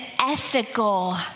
ethical